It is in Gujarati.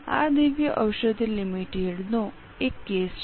આ દિવ્ય ઔષધિ લિમિટેડનો એક કેસ છે